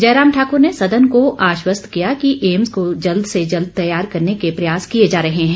जयराम ठाकुर ने सदन को आश्वस्त किया कि ऐम्स को जल्द से जल्द तैयार कराने के प्रयास किए जा रहे हैं